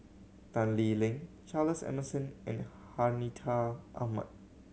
Tan Lee Leng Charles Emmerson and Hartinah Ahmad